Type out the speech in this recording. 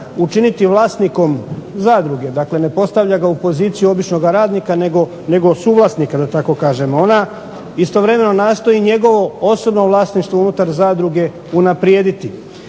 učiniti vlasnikom zadruge, dakle ne postavlja ga u poziciju običnog radnika nego suvlasnika da tako kažem. Ona istovremeno nastoji njegovo osobno vlasništvo unutar zadruge unaprijediti.